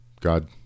God